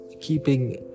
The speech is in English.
keeping